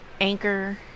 Anchor